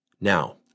Now